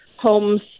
homes